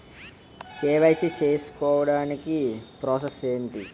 KYC చేసుకోవటానికి process ఏంటి?